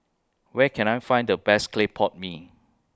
Where Can I Find The Best Clay Pot Mee